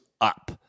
up